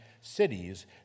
cities